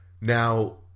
Now